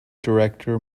director